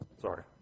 Sorry